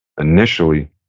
initially